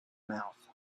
mouth